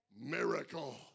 Miracle